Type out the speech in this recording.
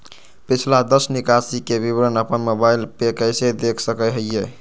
पिछला दस निकासी के विवरण अपन मोबाईल पे कैसे देख सके हियई?